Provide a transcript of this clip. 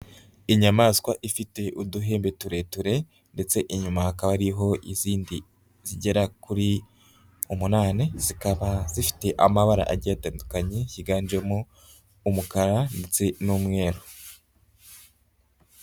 Inyamaswa ifite uduhembe tureture, ndetse inyuma hakaba hariho izindi zigera kuri umunani, zikaba zifite amabara agiye atandukanye higanjemo umukara ndetse n'umweru.